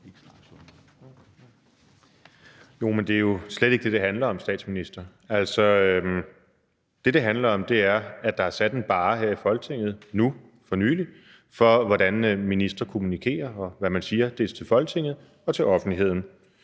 Jo, men det er jo slet ikke det, det handler om, vil jeg sige til statsministeren. Det, det handler om, er, at der nu for nylig er sat en barre her i Folketinget for, hvordan ministre kommunikerer og hvad de siger dels til Folketinget, dels til offentligheden.